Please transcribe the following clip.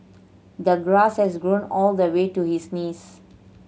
the grass has grown all the way to his knees